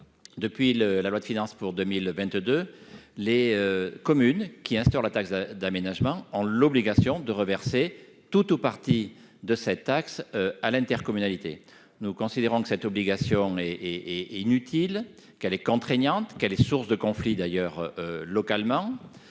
Depuis la loi de finances pour 2022, les communes qui instaurent la taxe d'aménagement ont l'obligation d'en reverser tout ou partie à l'intercommunalité. Nous considérons que cette obligation est inutile, contraignante et source de conflits. Le groupe